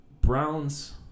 Browns